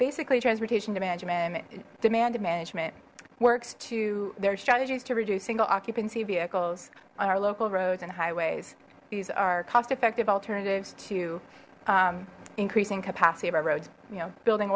basically transportation to management demand management works to their strategies to reduce single occupancy vehicles on our local roads and highways these are cost effective alternatives to increasing capacity of our roads you know building